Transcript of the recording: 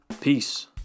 peace